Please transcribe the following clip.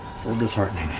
little disheartening.